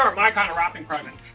um my kind of wrapping presents.